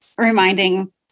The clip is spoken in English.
reminding